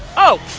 oh!